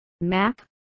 Mac